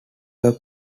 were